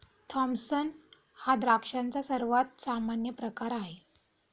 Thompson हा द्राक्षांचा सर्वात सामान्य प्रकार आहे